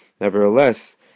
nevertheless